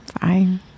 Fine